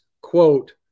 quote